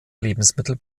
lebensmittel